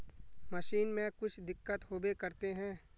Machine में कुछ दिक्कत होबे करते है?